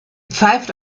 pfeift